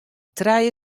trije